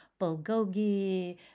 bulgogi